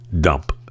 dump